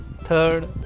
third